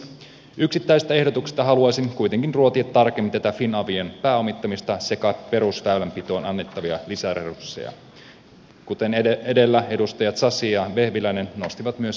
yksittäisistä ehdotuksista haluaisin kuitenkin ruotia tarkemmin tätä finavian pääomittamista sekä perusväylänpitoon annettavia lisäresursseja kuten edellä edustajat sasi ja vehviläinen nostivat myös esiin tämän finavian tilanteen